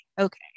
okay